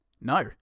no